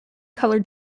colour